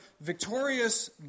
victorious